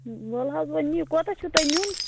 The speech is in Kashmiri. وَلہٕ حظ ولہٕ نہِ کوتاہ چھُو تۄہہِ نِیُن